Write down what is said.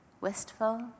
Wistful